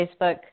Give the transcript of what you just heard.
Facebook